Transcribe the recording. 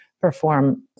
perform